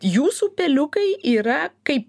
jūsų peliukai yra kai